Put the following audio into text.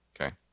okay